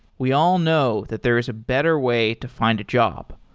we all know that there is a better way to find a job.